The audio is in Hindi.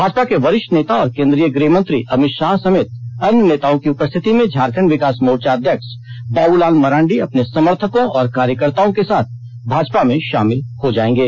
भाजपा के वरिष्ठ नेता केंद्रीय गृहमंत्री अभित शाह समेत अन्य नेताओं की उपस्थिति में झारखंड विकास मोर्चा अध्यक्ष बाबूलाल मरांडी अपने समर्थकों और कार्यकर्त्ताओं के साथ भाजपा में शामिल हो जाएंगे